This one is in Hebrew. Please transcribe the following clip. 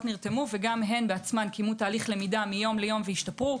נרתמו וגם הן בעצמן קיימו תהליך למידה מיום ליום והשתפרו.